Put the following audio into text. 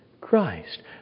Christ